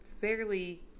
fairly